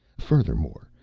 furthermore,